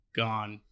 gone